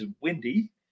windy